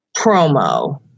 promo